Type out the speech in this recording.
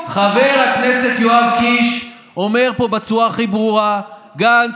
חבר הכנסת יואב קיש אומר פה בצורה הכי ברורה: גנץ,